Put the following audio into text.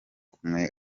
kumwe